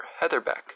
heatherbeck